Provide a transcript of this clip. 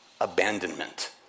abandonment